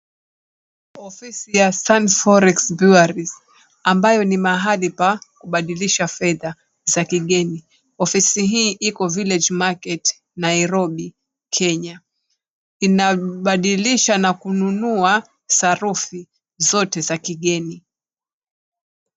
Ofisi ya Sunny Forex Bureau ambayo ni mahali pa kubadilisha fedha za kigeni. Ofisi hii iko Village Market Nairobi, Kenya. Inabadilisha na kununua sarufi zote za kigeni.